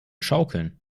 schaukeln